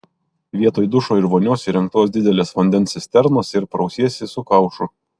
vietoj dušo ir vonios įrengtos didelės vandens cisternos ir prausiesi su kaušu